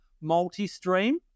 multi-stream